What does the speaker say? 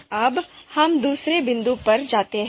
अब हम दूसरे बिंदु पर जाते हैं